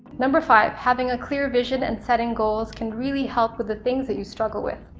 number five having a clear vision and setting goals can really help with the things that you struggle with.